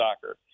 soccer